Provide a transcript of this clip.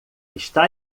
está